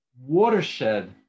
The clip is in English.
watershed